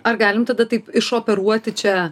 ar galim tada taip išoperuoti čia